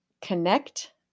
connect